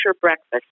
breakfast